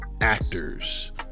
actors